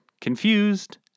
confused